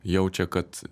jaučia kad